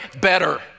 better